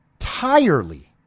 entirely